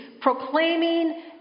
proclaiming